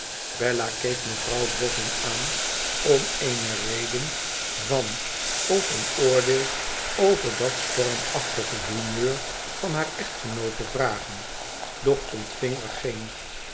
bella keek mevrouw boffin aan om eenereden van of een oordeel over dat stormachtige humeur van haar echtgenoot te vragen doch ontving er geen